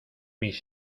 mis